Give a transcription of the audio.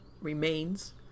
remains